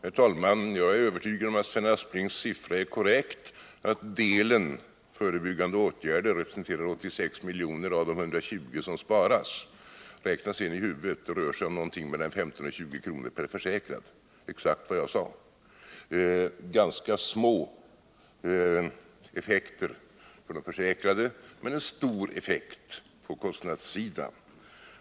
Herr talman! Jag är övertygad om att Sven Asplings siffra är korrekt, dvs. att delen förebyggande åtgärder representerar 86 miljoner av de 120 miljoner som sparats. Räkna sedan i huvudet: Det rör sig om någonting mellan 15 och 20 kr. per försäkrad. Det var exakt vad jag sade. Det gäller alltså ganska små effekter för de försäkrade men en stor effekt på kostnadssidan.